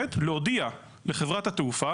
להחריג אזרחים תושבים אבל יותר מזה,